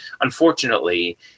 Unfortunately